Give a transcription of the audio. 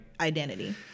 identity